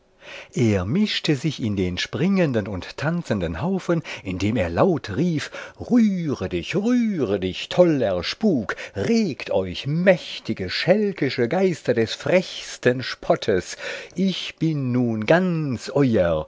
er mischte sich in den springenden und tanzenden haufen indem er laut rief rühre dich rühre dich toller spuk regt euch mächtige schälkische geister des frechsten spottes ich bin nun ganz